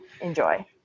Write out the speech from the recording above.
Enjoy